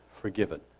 forgiven